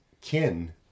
kin